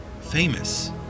famous